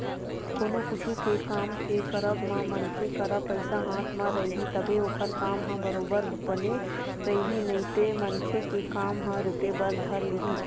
कोनो कुछु के काम के करब म मनखे करा पइसा हाथ म रइही तभे ओखर काम ह बरोबर बने रइही नइते मनखे के काम ह रुके बर धर लिही